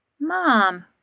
Mom